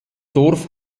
dorf